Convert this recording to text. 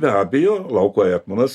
be abejo lauko etmonas